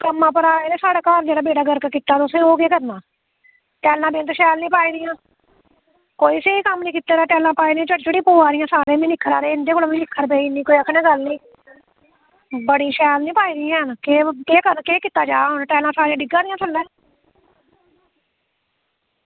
कम्म उप्पर आये दे जेह्ड़ा साढ़े घर बेड़ा गर्क कीते दा ओह्दा केह् करना टाइलां बिंद शैल निं पाई दियां कोई स्हेई कम्म निं कीते दा टाइलां पाई दियां ते सारे मिगी निक्खरा दे इंदे कोला मिगी निक्खर पेई बड़ी शैल निं पाई दियां न केह् कीता जा हून टाइलां सारियां डिग्गा दियां थल्लै